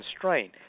constraint